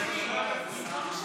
זה יפה.